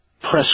press